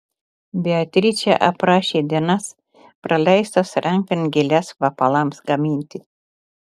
beatričė aprašė dienas praleistas renkant gėles kvepalams gaminti